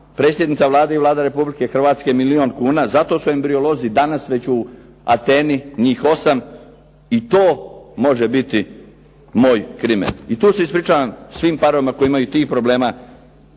predsjednica Vlade i Vlada Republike Hrvatske milijun kuna, zato su ambriolozi danas već u Ateni njih osam i to može biti moj crimen. I tu se ispričavam svim parovima koji imaju tih problema.